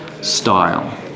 style